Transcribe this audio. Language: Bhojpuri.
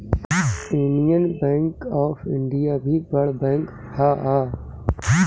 यूनियन बैंक ऑफ़ इंडिया भी बड़ बैंक हअ